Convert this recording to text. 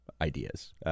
ideas